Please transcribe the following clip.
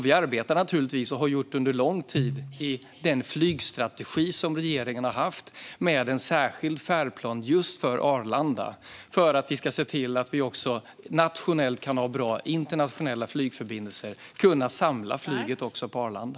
Vi arbetar naturligtvis, och har gjort det under lång tid, med den flygstrategi som regeringen har haft med en särskild färdplan för just Arlanda. Vi måste nationellt se till att vi kan ha bra internationella flygförbindelser och kunna samla flyget på Arlanda.